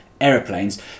aeroplanes